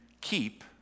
keep